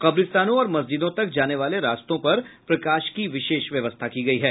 कब्रिस्तानों और मस्जिदों तक जाने वाले रास्तों पर प्रकाश की विशेष व्यवस्था की गयी है